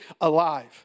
alive